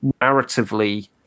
narratively